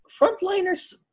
frontliners